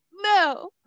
No